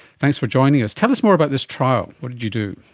thanks for joining us. tell us more about this trial, what did you do?